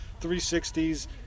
360s